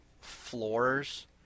floors